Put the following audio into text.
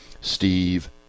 Steve